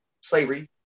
slavery